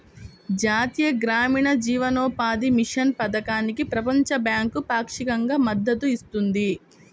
జాతీయ గ్రామీణ జీవనోపాధి మిషన్ పథకానికి ప్రపంచ బ్యాంకు పాక్షికంగా మద్దతు ఇస్తుంది